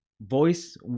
voice